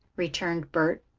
returned bert.